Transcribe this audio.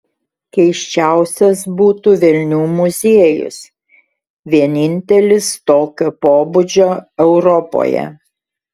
keisčiausias būtų velnių muziejus vienintelis tokio pobūdžio europoje